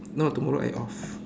no tomorrow I off